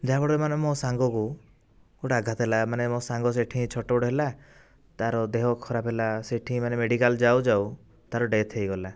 ଯାହାଫଳରେ ମାନେ ମୋ ସାଙ୍ଗକୁ ଗୋଟେ ଆଘାତ ହେଲା ମାନେ ମୋ ସାଙ୍ଗ ସେଠି ଛଟପଟ ହେଲା ତା'ର ଦେହ ଖରାପ ହେଲା ସେଇଠି ମାନେ ମେଡିକାଲ ଯାଉ ଯାଉ ତା'ର ଡେଥ୍ ହୋଇଗଲା